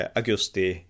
augusti